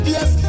Yes